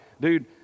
dude